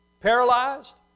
Paralyzed